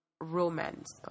romance